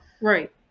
Right